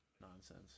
nonsense